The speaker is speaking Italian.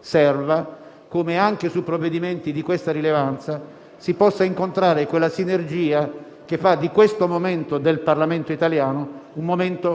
serve e anche su provvedimenti di questa rilevanza si può incontrare quella sinergia, che rende l'attuale momento del Parlamento italiano